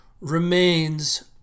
remains